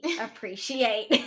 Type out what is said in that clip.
appreciate